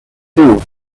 théo